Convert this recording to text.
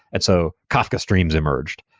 and so kafka streams emerged,